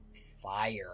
fire